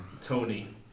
Tony